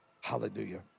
Hallelujah